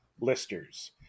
Listers